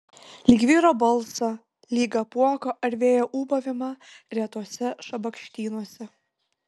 lyg vyro balsą lyg apuoko ar vėjo ūbavimą retuose šabakštynuose